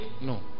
no